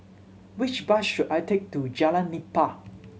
which bus should I take to Jalan Nipah